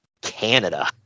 Canada